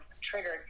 triggered